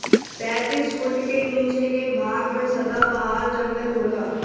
पैतीस फुट के नीचे के भाग में सदाबहार जंगल होला